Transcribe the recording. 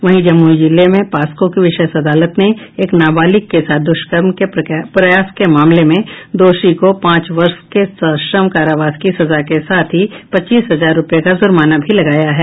वहीं जमुई जिले में पॉक्सो की विशेष अदालत ने एक नाबालिग के साथ द्ष्कर्म के प्रयास मामले में दोषी को पांच वर्ष के सश्रम कारावास की सजा के साथ ही पच्चीस हजार रूपये का जुर्माना भी लगाया है